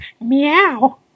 Meow